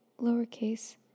lowercase